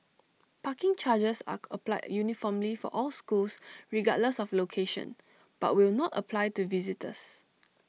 parking charges are applied uniformly for all schools regardless of location but will not apply to visitors